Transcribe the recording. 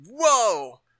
whoa